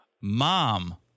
Mom